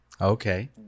Okay